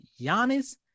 Giannis